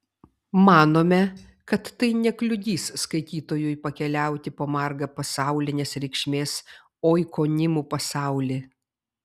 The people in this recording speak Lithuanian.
manome kad tai nekliudys skaitytojui pakeliauti po margą pasaulinės reikšmės oikonimų pasaulį